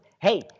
Hey